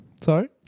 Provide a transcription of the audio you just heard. Sorry